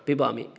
पिबामि